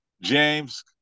James